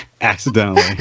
Accidentally